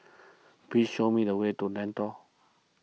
please show me the way to Lentor